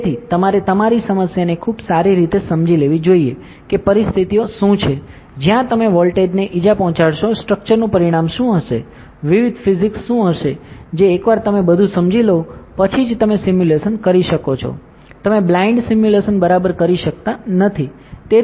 તેથી તમારે તમારી સમસ્યાને ખૂબ સારી રીતે સમજી લેવી જોઈએ કે પરિસ્થિતિઓ શું છે જ્યાં તમે વોલ્ટેજને ઇજા પહોંચાડશો સ્ટ્રક્ચરનું પરિમાણ શું હશે વિવિધ ફિઝિક્સ શું હશે જે એકવાર તમે બધું સમજી લો પછી જ તમે સિમ્યુલેશન કરી શકો છો તમે બ્લાઇન્ડ સિમ્યુલેશન બરાબર કરી શકતા નથી